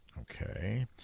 Okay